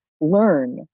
Learn